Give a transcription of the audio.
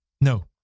No